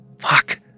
Fuck